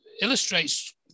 illustrates